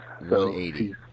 180